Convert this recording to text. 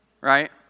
Right